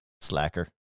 Slacker